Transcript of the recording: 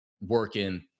working